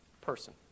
person